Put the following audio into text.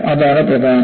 അതാണ് പ്രധാനം